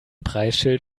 preisschild